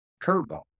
Curveball